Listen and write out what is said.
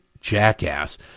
jackass